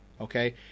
okay